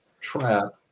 trap